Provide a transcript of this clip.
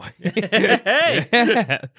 Hey